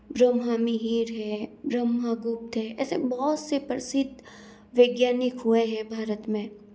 ब्रह्मा मिहीर हैं ब्रह्मगुप्त है ऐसे बहुत से प्रसिद्ध वैज्ञानिक हुए हैं भारत में